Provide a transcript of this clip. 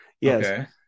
Yes